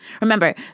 Remember